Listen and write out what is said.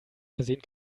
versehen